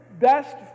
best